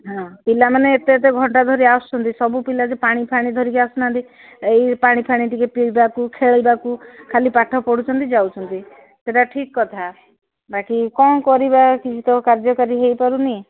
ହଁ ପିଲାମାନେ ଏତେ ଏତେ ଭଡ଼ା କରି ଆସୁଛନ୍ତି ସବୁ ପିଲା ଯେ ପାଣି ଫାଣି ଧରିକି ଆସୁନାହାନ୍ତି ଏଇ ପାଣି ଫାଣି ଟିକେ ପିଇବାକୁ ଖେଳିବାକୁ ଖାଲି ପାଠ ପଢ଼ୁଛନ୍ତି ଯାଉଛନ୍ତି ସେଟା ଠିକ୍ କଥା ବାକି କ'ଣ କରିବା କିଛି ତ କାର୍ଯ୍ୟକାରୀ ହୋଇପାରୁନି